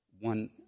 one